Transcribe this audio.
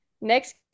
next